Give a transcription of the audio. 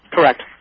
Correct